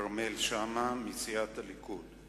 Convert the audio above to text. כרמל שאמה מסיעת הליכוד.